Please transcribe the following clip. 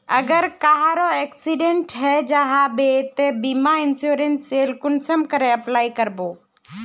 अगर कहारो एक्सीडेंट है जाहा बे तो बीमा इंश्योरेंस सेल कुंसम करे अप्लाई कर बो?